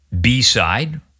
b-side